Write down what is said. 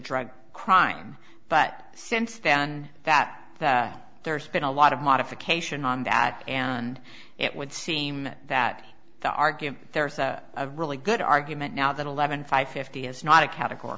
drug crime but since then that there's been a lot of modification on that and it would seem that the argue there's a really good argument now that eleven five fifty is not a categor